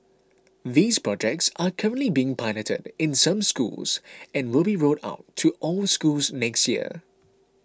these projects are currently being piloted in some schools and will be rolled out to all schools next year